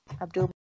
Abdul